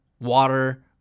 water